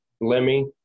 Lemmy